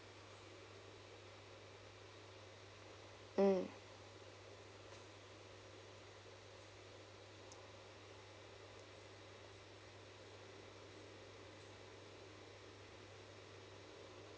mm